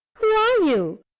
who are you?